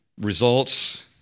results